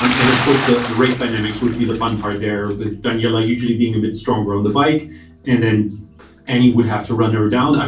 um and of course, the the race dynamics would be the fun part there with daniela usually being a bit stronger on the bike and then anne would have to run her down. um